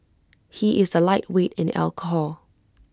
he is A lightweight in alcohol